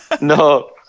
No